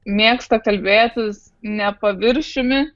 mėgsta kalbėtis ne paviršiumi